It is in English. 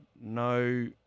No